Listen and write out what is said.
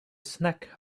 snack